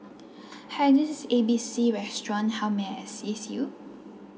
hi this is A B C restaurant how may I assist you